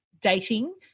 dating